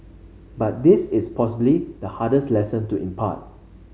but this is possibly the hardest lesson to impart